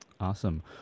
Awesome